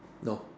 go